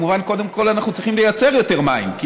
מובן שקודם כול אנחנו צריכים לייצר יותר מים,